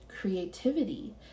creativity